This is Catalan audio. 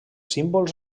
símbols